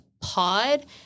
Pod